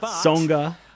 Songa